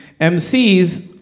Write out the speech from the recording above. MCs